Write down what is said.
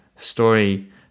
story